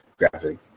graphics